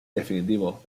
definitivo